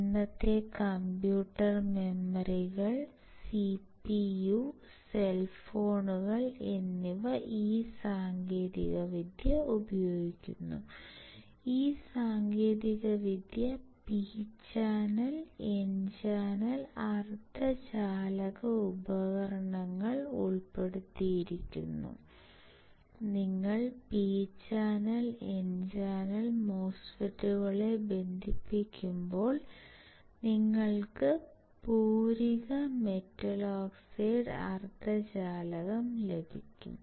ഇന്നത്തെ കമ്പ്യൂട്ടർ മെമ്മറികൾ CPU cell ഫോണുകൾ എന്നിവ ഈ സാങ്കേതികവിദ്യ ഉപയോഗിക്കുന്നു ഈ സാങ്കേതികവിദ്യ പി ചാനൽ എൻ ചാനൽ അർദ്ധചാലക ഉപകരണങ്ങൾ ഉപയോഗപ്പെടുത്തുന്നു നിങ്ങൾ പി ചാനൽ എൻ ചാനൽ മോസ്ഫെറ്റുകളെ ബന്ധിപ്പിക്കുമ്പോൾ നിങ്ങൾക്ക് പൂരക മെറ്റൽ ഓക്സൈഡ് അർദ്ധചാലകം ലഭിക്കും